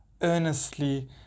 earnestly